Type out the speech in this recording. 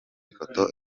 ifoto